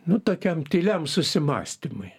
nu tokiam tyliam susimąstymui